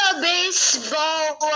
baseball